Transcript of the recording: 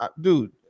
dude